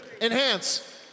Enhance